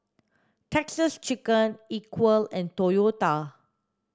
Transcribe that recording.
Texas Chicken Equal and Toyota